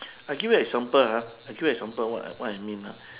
I give you example ha I give you example what what I mean ah